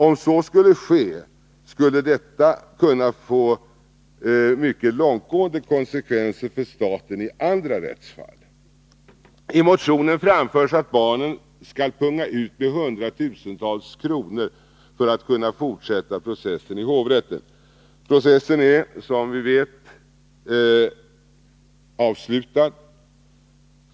Om så skulle ske, skulle det kunna få mycket långtgående konsekvenser för staten i andra rättsfall. I motionen framförs att barnen skall punga ut med hundratusentals kronor för att kunna fortsätta processen i hovrätten. Processen är, som vi vet, avslutad.